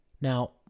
Now